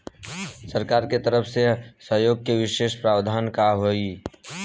सरकार के तरफ से सहयोग के विशेष प्रावधान का हई?